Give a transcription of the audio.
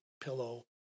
pillow